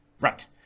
Right